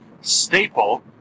staple